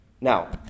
Now